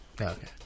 Okay